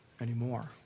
anymore